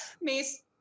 mace